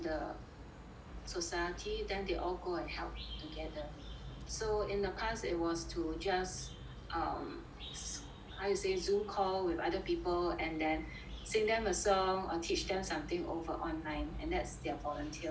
society then they all go and help together so in the past it was to just um how you say Zoom call with other people and then sing them a song or teach them something over online and that's their volunteer work